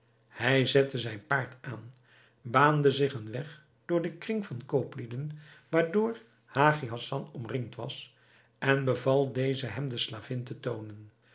hij zette zijn paard aan baande zich een weg door den kring van kooplieden waardoor hagi hassan omringd was en beval dezen hem de slavin te toonen